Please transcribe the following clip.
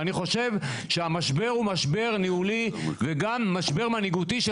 אני חושב שהמשבר הוא משבר ניהולי וגם משבר מנהיגותי של